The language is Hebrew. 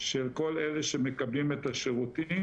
של כל אלה שמקבלים את השירותים,